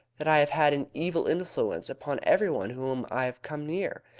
that i have had an evil influence upon every one whom i have come near.